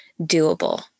doable